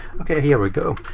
okay here we go.